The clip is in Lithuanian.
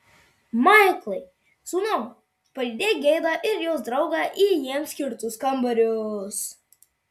maiklai sūnau palydėk geidą ir jos draugą į jiems skirtus kambarius